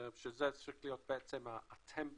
שזו צריכה להיות התבנית